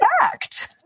fact